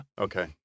okay